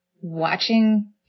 watching